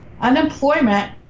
Unemployment